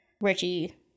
Richie